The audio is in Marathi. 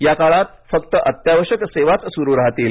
या काळात फक्त अत्यावश्यक सेवाच सुरू राहतील